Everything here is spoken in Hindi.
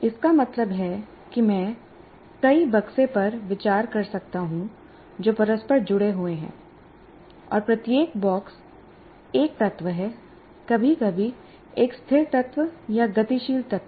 इसका मतलब है कि मैं कई बक्से पर विचार कर सकता हूं जो परस्पर जुड़े हुए हैं और प्रत्येक बॉक्स एक तत्व है कभी कभी एक स्थिर तत्व या गतिशील तत्व